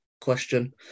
question